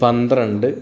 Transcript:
പന്ത്രണ്ട്